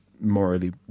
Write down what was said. morally